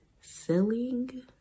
selling